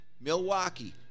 Milwaukee